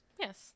Yes